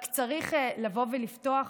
רק צריך לבוא ולפתוח